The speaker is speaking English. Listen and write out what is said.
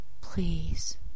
Please